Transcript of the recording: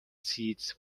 seeds